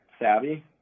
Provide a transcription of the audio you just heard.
savvy